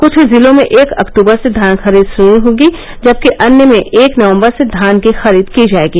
कुछ जिलों में एक अक्टूबर से धान खरीद शुरू होगी जबकि अन्य में एक नवम्बर से धान की खरीद की जायेगी